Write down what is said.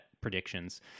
predictions